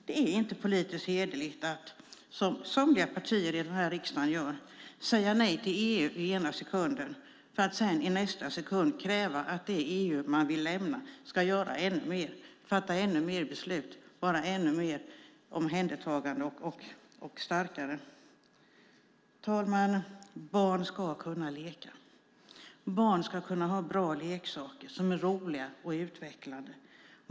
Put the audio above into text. Det är inte politiskt hederligt att, som somliga partier i denna riksdag gör, säga nej till EU i ena sekunden för att i nästa sekund kräva att det EU man vill lämna ska göra ännu mer, fatta ännu fler beslut och vara ännu mer omhändertagande och starkare. Fru talman! Barn ska kunna leka. Barn ska kunna ha bra leksaker som är roliga och utvecklande.